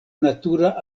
natura